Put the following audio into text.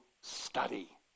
study